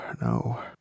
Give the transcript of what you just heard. no